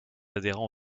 adhérent